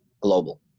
global